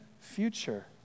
future